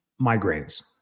migraines